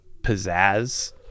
pizzazz